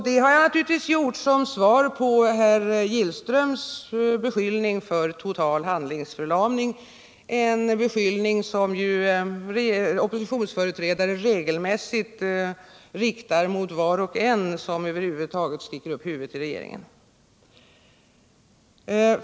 Detta som svar på herr Gillströms beskyllning för total handlingsförlamning — en beskyllning som oppositionsföreträdare regelmässigt riktar mot var och en som sticker upp huvudet i regeringen.